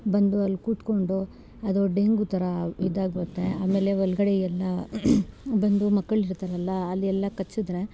ಬಂದು ಅಲ್ಲಿ ಕೂತ್ಕೊಂಡು ಅದು ಡೆಂಗು ಥರ ಇದಾಗುತ್ತೆ ಆಮೇಲೆ ಒಳಗಡೆ ಎಲ್ಲ ಬಂದು ಮಕ್ಕಳು ಇರ್ತಾರಲ್ಲ ಅಲ್ಲಿ ಎಲ್ಲ ಕಚ್ಚಿದ್ರೆ